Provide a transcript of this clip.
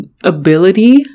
ability